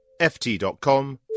ft.com